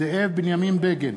זאב בנימין בגין,